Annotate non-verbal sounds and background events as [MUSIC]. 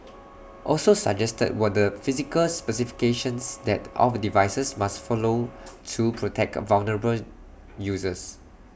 [NOISE] also suggested were the physical specifications that of devices must follow [NOISE] to protect A vulnerable users